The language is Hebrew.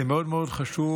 זה מאוד מאוד חשוב.